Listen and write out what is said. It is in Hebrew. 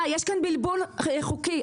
יש כאן בלבול חוקי.